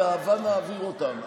באהבה נעביר אותן.